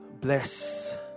Bless